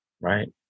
right